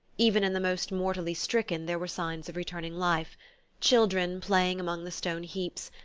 even in the most mortally stricken there were signs of returning life children playing among the stone heaps,